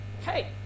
Hey